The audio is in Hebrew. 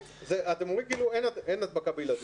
אתם אומרים כאילו אין הדבקה בילדים.